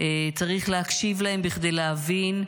צריך להקשיב להם כדי להבין,